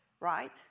right